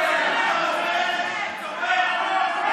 אינה נוכחת יריב לוין,